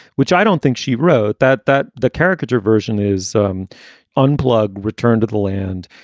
which i don't think she wrote that that the caricature version is um unplug, returned to the land,